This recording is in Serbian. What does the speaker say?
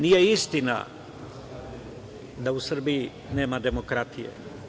Nije istina da u Srbiji nema demokratije.